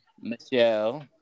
michelle